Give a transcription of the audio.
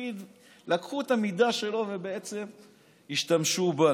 לקחו את המידה שלו והשתמשו בה.